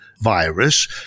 virus